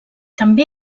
també